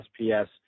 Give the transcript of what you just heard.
SPS